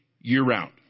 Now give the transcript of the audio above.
year-round